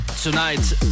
tonight